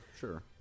sure